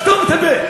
סתום את הפה.